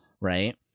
right